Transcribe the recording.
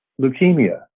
leukemia